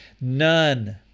None